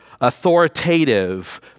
authoritative